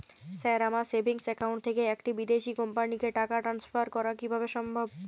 Sir আমার savings account থেকে একটি বিদেশি কোম্পানিকে টাকা ট্রান্সফার করা কীভাবে সম্ভব?